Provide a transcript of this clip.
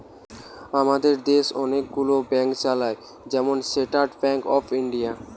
আমাদের দেশ অনেক গুলো ব্যাংক চালায়, যেমন স্টেট ব্যাংক অফ ইন্ডিয়া